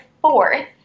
fourth